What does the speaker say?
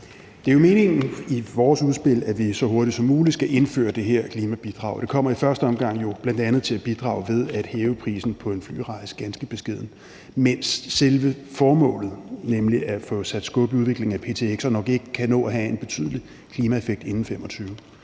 Det er jo meningen i vores udspil, at vi så hurtigt som muligt skal indføre det her klimabidrag. Det kommer i første omgang bl.a. til at bidrage ved at hæve prisen på en flyrejse ganske beskedent, mens selve formålet, nemlig at få sat skub i udviklingen af ptx, nok ikke kan nå at have en betydelig klimaeffekt inden 2025.